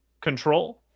control